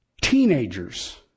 teenagers